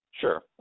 Sure